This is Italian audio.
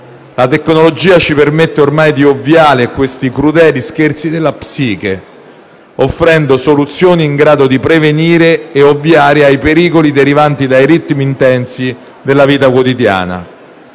La tecnologia ci permette ormai di ovviare a questi crudeli scherzi della psiche, offrendo soluzioni in grado di prevenire e ovviare ai pericoli derivanti dai ritmi intensi della vita quotidiana.